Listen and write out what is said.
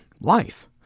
life